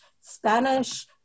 Spanish